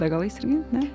degalais ne